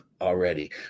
Already